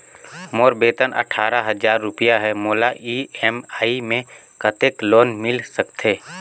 मोर वेतन अट्ठारह हजार रुपिया हे मोला ई.एम.आई मे कतेक लोन मिल सकथे?